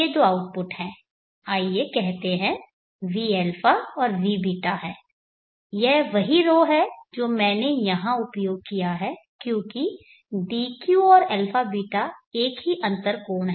ये दो आउटपुट हैं आइए कहते हैं vα और vβ हैं यह वही ρ है जो मैंने यहां उपयोग किया है क्योंकि dq और αβ एक ही अंतर कोण हैं